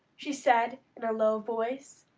she said, in a low voice.